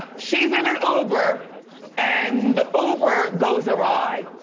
she's in an uber and the uber goes awry.